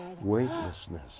Weightlessness